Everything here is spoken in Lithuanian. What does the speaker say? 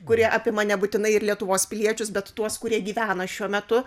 kurie apima nebūtinai ir lietuvos piliečius bet tuos kurie gyvena šiuo metu